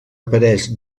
apareix